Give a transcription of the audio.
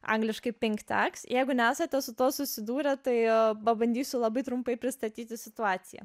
angliškai pink taks jeigu nesate su tuo susidūrę tai pabandysiu labai trumpai pristatyti situaciją